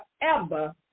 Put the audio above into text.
forever